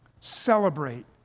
Celebrate